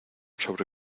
sobre